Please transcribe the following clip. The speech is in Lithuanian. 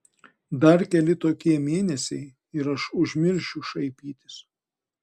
dar keli tokie mėnesiai ir aš užmiršiu šaipytis